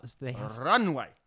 Runway